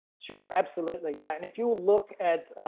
sure, absolutely. yeah. and if you look at.